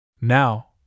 Now